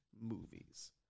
movies